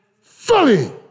fully